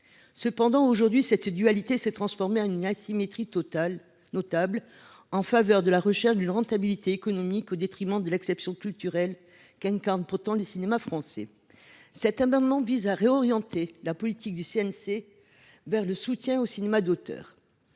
ce secteur. Aujourd’hui, cette dualité s’est toutefois transformée en une asymétrie totale en faveur de la recherche d’une rentabilité économique, au détriment de l’exception culturelle qu’incarne pourtant le cinéma français. Cet amendement vise à réorienter la politique du CNC vers le soutien au cinéma d’auteur.